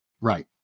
right